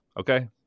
okay